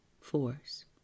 force